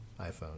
iPhone